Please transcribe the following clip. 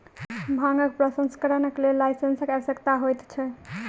भांगक प्रसंस्करणक लेल लाइसेंसक आवश्यकता होइत छै